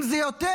אם זה יותר,